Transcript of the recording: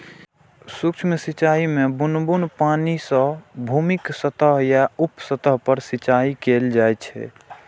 सूक्ष्म सिंचाइ मे बुन्न बुन्न पानि सं भूमिक सतह या उप सतह पर सिंचाइ कैल जाइ छै